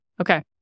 Okay